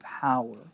power